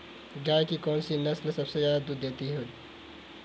गाय की कौनसी नस्ल सबसे ज्यादा दूध देती है?